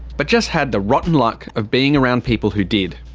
but just had the rotten luck of being around people who did.